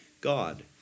God